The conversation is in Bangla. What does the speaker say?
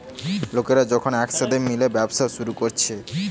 লোকরা যখন একসাথে মিলে ব্যবসা শুরু কোরছে